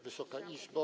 Wysoka Izbo!